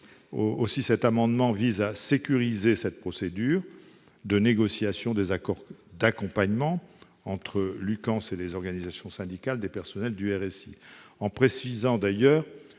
Aussi, cet amendement vise à sécuriser la procédure de négociation des accords d'accompagnement entre l'UCANSS et les organisations syndicales des personnels du RSI, en précisant qu'une